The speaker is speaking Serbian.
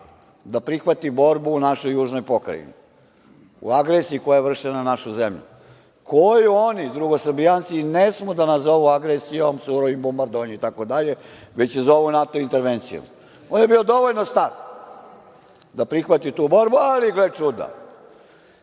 da prihvati borbu u našoj južnoj pokrajini u agresiji koja je vršena na našu zemlju, koju oni, drugosrbijanci, ne smeju da nazovu agresijom, surovim bombardovanjem itd, već je zovu NATO intervencijom. On je bio dovoljno star da prihvati tu borbu, ali gle čuda,